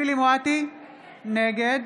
נגד